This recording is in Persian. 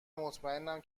مطمئنم